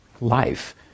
life